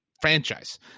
franchise